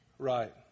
Right